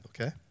okay